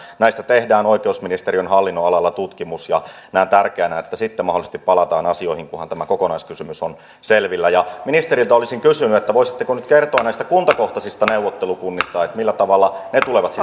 näistä tehdään oikeusministeriön hallinnonalalla tutkimus ja näen tärkeänä että sitten mahdollisesti palataan asioihin kunhan tämä kokonaiskysymys on selvillä ministeriltä olisin kysynyt voisitteko nyt kertoa näistä kuntakohtaisista neuvottelukunnista millä tavalla ne tulevat